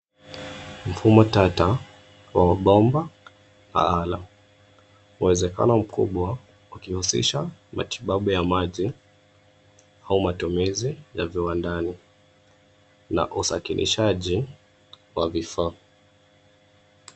Mfumo tata wa bomba ,uwezekano mkubwa ukihusisha matibabu ya maji au matumizi ya viwandani na usakilishaji wa vifaa.